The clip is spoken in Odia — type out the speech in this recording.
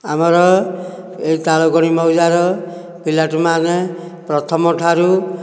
ଆମର ତାଳକୋଣି ମୌଜାର ପିଲାଟିମାନେ ପ୍ରଥମଠାରୁ